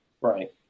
Right